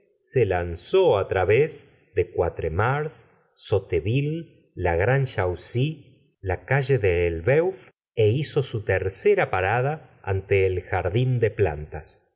se lanzó á través de quatremares sotteville la grande chaussée la calle de elbeuf é hizo su tercera parada ante el jardin de plantas